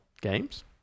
games